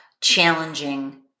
challenging